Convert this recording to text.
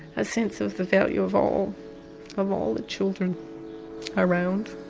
a sense of the value of all of all the children around.